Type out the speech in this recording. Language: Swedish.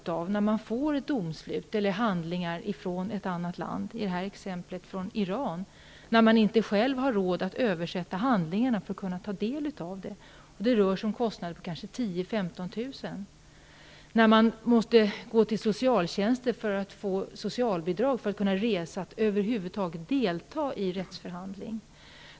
Det kan vara fråga om att man har fått domslut eller handlingar från ett annat land, t.ex. från Iran, och att man inte själv har råd att låta översätta handlingarna för att kunna ta del av dem -- det kan röra sig om kostnader på 10 000-- 15 000 kr. Man kan då vara tvungen att gå till socialtjänsten för att få socialbidrag för att över huvud taget kunna resa till det berörda landet och delta i rättsförhandlingen.